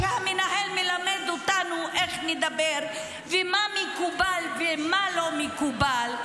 שהמנהל מלמד אותנו איך נדבר ומה מקובל ומה לא מקובל,